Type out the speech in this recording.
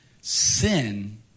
Sin